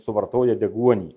suvartoja deguonį